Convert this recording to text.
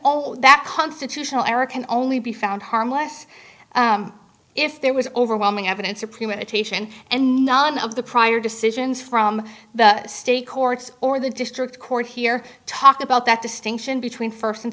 all that constitutional error can only be found harmless if there was overwhelming evidence of premeditation and none of the prior decisions from the state courts or the district court here talk about that distinction between first and